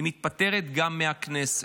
היא מתפטרת גם מהכנסת.